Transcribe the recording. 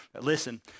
listen